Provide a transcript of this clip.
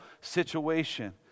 situation